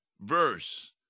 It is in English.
verse